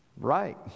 right